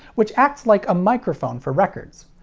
which acts like a microphone for records.